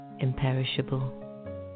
imperishable